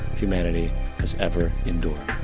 humanity has ever endured.